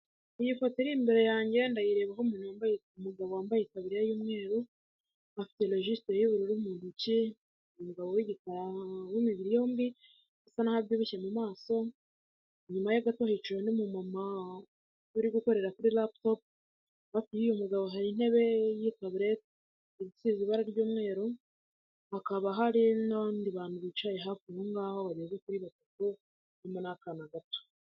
Iyi foto iri imbere yange ndayireba nk'umuntu wambaye umugabo wambaye itaburiya y'umweru afite logistre y'ubururu mu ntoki, umugabo w'igikara imibiri yombi, usa n'aho abyibushye mu maso, inyuma ye gato hicaye undi mu mama uri gukorera kuri laptop, hafi y'uwo mugabo hari intebe y' udutaburete isize ibara ry'umweru, hakaba hari n'abandi bantu bicaye hafia aho ngaho bageze kuri batatu, harimo n'akana gato.